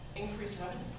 increase revenue?